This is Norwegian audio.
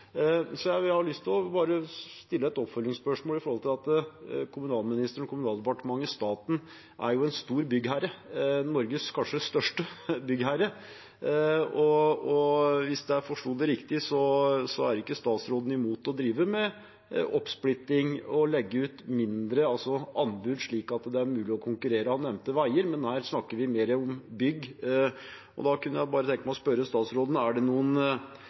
Så jeg har lyst til bare å stille et oppfølgingsspørsmål, da kommunalministeren, Kommunaldepartementet, staten, jo er en stor byggherre, Norges kanskje største byggherre. Hvis jeg forsto det riktig, er ikke statsråden imot å drive med oppsplitting og legge ut mindre anbud, slik at det er mulig å konkurrere. Han nevnte veier, men her snakker vi mer om bygg, og da kunne jeg tenke meg å spørre statsråden: Er det noen